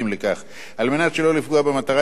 על מנת שלא לפגוע במטרה העיקרית של החברה,